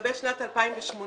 ולגבי שנת 2018,